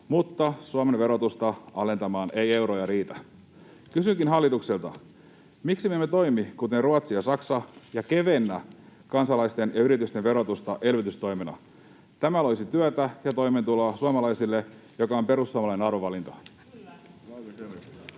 mutta Suomen verotusta alentamaan ei euroja riitä. Kysynkin hallitukselta: miksi me emme toimi kuten Ruotsi ja Saksa ja kevennä kansalaisten ja yritysten verotusta elvytystoimena? Tämä loisi työtä ja toimeentuloa suomalaisille, mikä on perussuomalainen arvovalinta. Ministeri